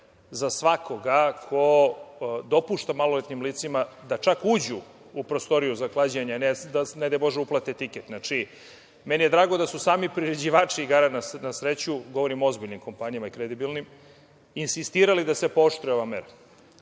za svakoga ko dopušta maloletnim licima da čak uđu u prostoriju za klađenje, a ne da, ne daj bože uplate tiket. Znači, meni je drago da su sami priređivači igara na sreću, govorim o ozbiljnim kompanijama i kredibilnim, insistirali da se pooštri ova mera